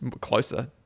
closer